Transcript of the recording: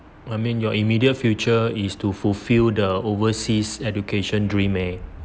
I mean your immediate future is to fulfill the overseas education dream eh